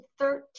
13